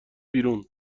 بیرون